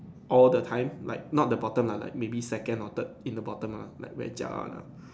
all the time like not the bottom lah like maybe second or third in the bottom lah like very jialat one lah